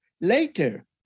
later